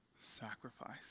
sacrifice